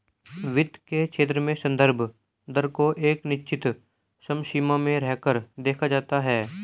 वित्त के क्षेत्र में संदर्भ दर को एक निश्चित समसीमा में रहकर देखा जाता है